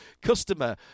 customer